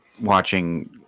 watching